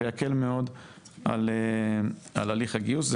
זה יקל מאוד על להליך הגיוס.